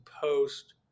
Post